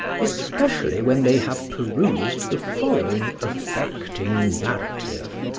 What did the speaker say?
especially when they have perused the following affecting narrative.